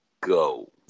go